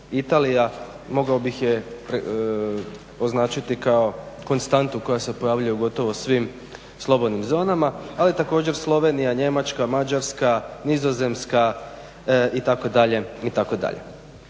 Italija, mogao bih je označiti kao konstantu koja se pojavljuje u gotovo svim slobodnim zonama ali također Slovenija, Mađarska, Njemačka, Nizozemska itd.,